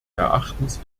erachtens